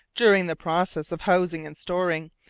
during the process of housing and storing,